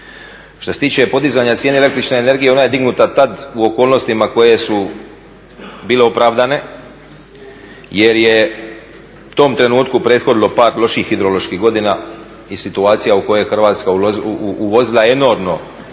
Što se tiče podizanja cijene električne energije, ona je dignuta tada u okolnostima koje su bile opravdane jer je tom trenutku prethodilo pad loših hidroloških godina i situacija u kojoj je Hrvatska uvozila enormno